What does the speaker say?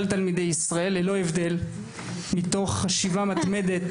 תלמידי ישראל ללא הבדל מתוך חשיבה מתמדת,